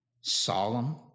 solemn